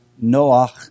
Noah